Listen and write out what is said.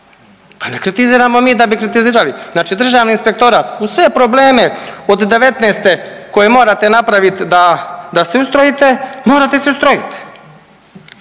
Pa ne kritiziramo mi da bi kritizirali. Znači Državni inspektorat uz sve probleme od '19. koje morate napraviti da, da se ustrojite, morate se ustrojit.